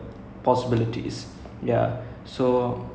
possibilities okay I think I saw that ya